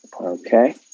Okay